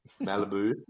Malibu